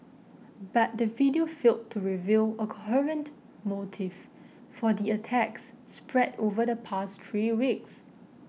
but the video failed to reveal a coherent motive for the attacks spread over the past three weeks